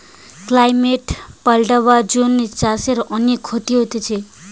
climate পাল্টাবার জন্যে চাষের অনেক ক্ষতি হচ্ছে